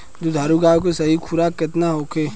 दुधारू गाय के सही खुराक केतना होखे?